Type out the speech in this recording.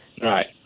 Right